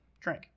Drink